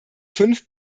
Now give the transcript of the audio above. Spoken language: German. fünf